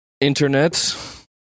internet